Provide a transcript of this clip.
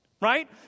Right